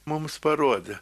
mums parodė